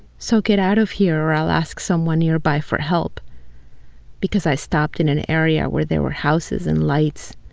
so get out of here or i'll ask someone nearby for help because i stopped in an area where there were houses and lights.